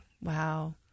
Wow